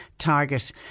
target